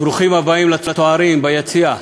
ברוכים הבאים לצוערים ביציע,